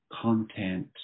Content